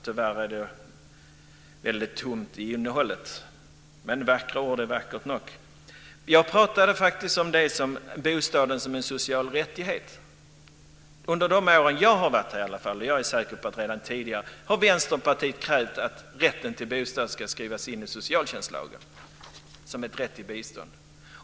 Tyvärr är det väldigt tomt i innehållet. Men vackra ord är vackert nog. Jag pratade faktiskt om bostaden som en social rättighet. Under de år som jag har varit här i alla fall, och jag är säker på att det även var så tidigare, har Vänsterpartiet krävt att rätten till bostad ska skrivas in i socialtjänstlagen, som en rätt till bistånd.